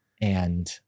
and-